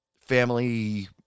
family